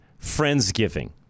Friendsgiving